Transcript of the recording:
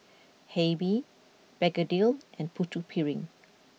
Hae Mee Begedil and Putu Piring